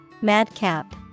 Madcap